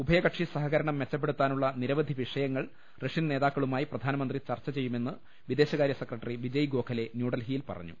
ഉഭയകക്ഷി സഹകരണം മെച്ചപ്പെടുത്താ നുള്ള നിരവധി വിഷയങ്ങൾ റഷ്യൻ നേതാക്കളുമായി പ്രധാനമന്ത്രി ചർച്ച ചെയ്യുമെന്ന് വിദേശകാര്യ സെക്രട്ടറി വിജയ് ഗോഖലെ ന്യൂഡൽഹിയിൽ പറഞ്ഞു